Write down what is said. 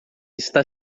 está